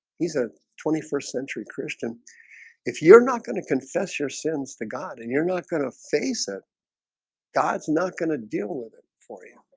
he's a twenty first century christian if you're not going to confess your sins to god and you're not going to face it god's not going to deal with it for you